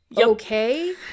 okay